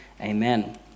Amen